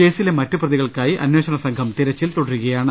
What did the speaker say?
കേസിലെ മറ്റുപ്രതികൾക്കായി അന്വേഷണസംഘം തിരച്ചിൽ തുടരുകയാണ്